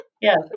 Yes